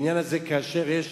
כאשר יש